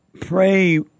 pray